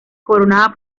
coronada